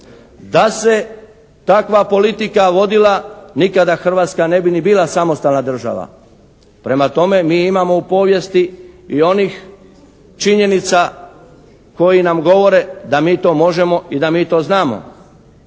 Da se takva politika vodila nikada Hrvatska ne bi ni bila samostalna država. Prema tome mi imamo u povijesti i onih činjenica koji nam govore da mi to možemo i da mi to znamo.